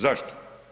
Zašto?